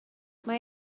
mae